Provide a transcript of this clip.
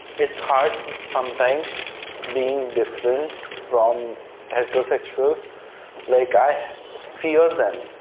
it's hard sometimes being different from heterosexuals like i fear them.